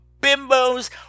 bimbos